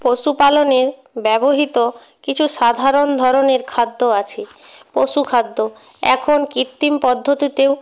পশুপালনে ব্যবহৃত কিছু সাধারণ ধরনের খাদ্য আছে পশুখাদ্য এখন কৃত্রিম পদ্ধতিতেও